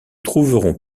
trouverons